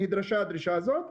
נדרשה הדרישה הזאת,